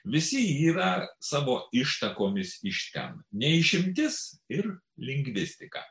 visi yra savo ištakomis iš ten ne išimtis ir lingvistika